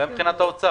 גם מבחינת האוצר.